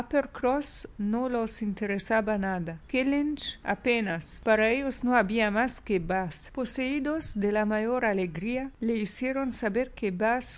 no los interesaba nada kellynch apenas para ellos no había más que bath poseídos de la mayor alegría le hicieron saber que